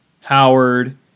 Howard